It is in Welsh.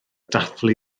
dathlu